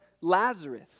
Lazarus